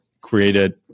created